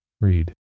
Read